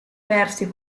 persi